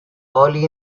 early